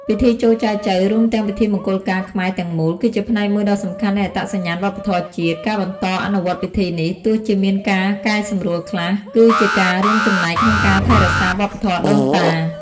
ពិធីចូលចែចូវ រួមទាំងពិធីមង្គលការខ្មែរទាំងមូល គឺជាផ្នែកមួយដ៏សំខាន់នៃអត្តសញ្ញាណវប្បធម៌ជាតិ ការបន្តអនុវត្តពិធីនេះ ទោះជាមានការកែសម្រួលខ្លះ គឺជាការរួមចំណែកក្នុងការថែរក្សាវប្បធម៌ដូនតា។